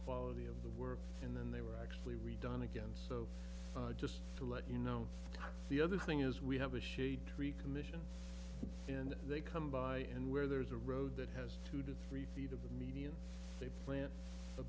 quality of the work and then they were actually redone again so just to let you know the other thing is we have a shade tree commission and they come by and where there is a road that has two to three feet of the median they plant a